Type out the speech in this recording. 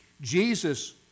Jesus